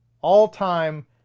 All-time